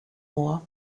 more